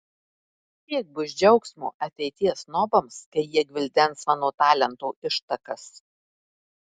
kiek bus džiaugsmo ateities snobams kai jie gvildens mano talento ištakas